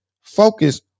focus